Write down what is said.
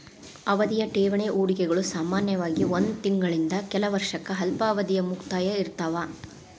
ಅವಧಿಯ ಠೇವಣಿ ಹೂಡಿಕೆಗಳು ಸಾಮಾನ್ಯವಾಗಿ ಒಂದ್ ತಿಂಗಳಿಂದ ಕೆಲ ವರ್ಷಕ್ಕ ಅಲ್ಪಾವಧಿಯ ಮುಕ್ತಾಯ ಇರ್ತಾವ